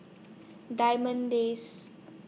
Diamond Days